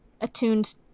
attuned